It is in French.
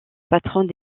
patronne